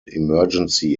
emergency